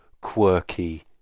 quirky